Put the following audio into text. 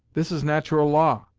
this is nat'ral law,